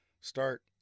start